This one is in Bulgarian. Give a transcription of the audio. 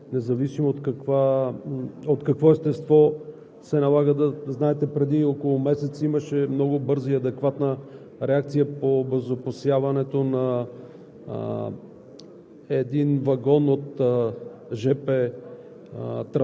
адекватно на всяка промяна на ситуацията, независимо от какво естество. Знаете, че преди около месец имаше много бърза и адекватна реакция по обезопасяването на